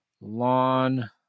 lawn